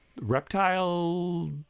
reptile